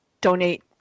donate